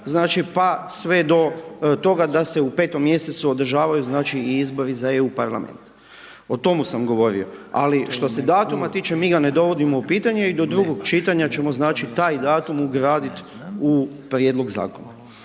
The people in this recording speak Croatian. znači, pa sve do toga da se u petom mjesecu održavaju i izbori za EU parlament. O tomu sam govorio, ali što se datuma tiče, mi ga ne dovodimo u pitanje, i do drugog čitanja ćemo znači taj datum ugradit u Prijedlog Zakona.